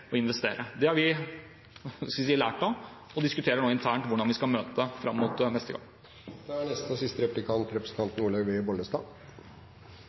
og investere. Det har vi lært av, og vi diskuterer nå internt hvordan vi skal møte det fram mot neste